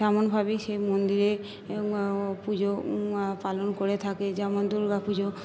তেমনভাবে সেই মন্দিরে পুজো পালন করে থাকে যেমন দুর্গাপুজো